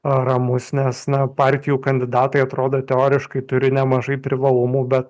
a ramus nes na partijų kandidatai atrodo teoriškai turi nemažai privalumų bet